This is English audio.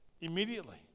immediately